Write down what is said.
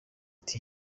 ati